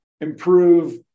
improve